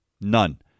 None